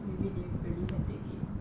maybe they really can take it